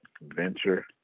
Venture